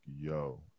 yo